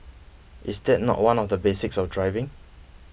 is that not one of the basics of driving